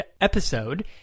episode